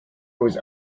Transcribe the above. was